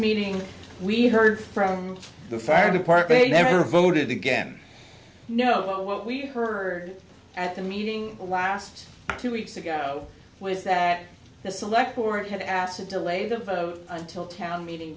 meeting we heard from the fire department he never voted again no matter what we heard at the meeting the last two weeks ago was that the select court had asked to delay the vote until town meeting